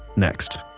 next